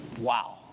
Wow